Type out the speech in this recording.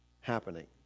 happening